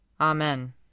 Amen